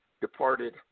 departed